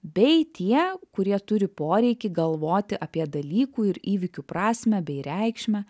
bei tie kurie turi poreikį galvoti apie dalykų ir įvykių prasmę bei reikšmę